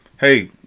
hey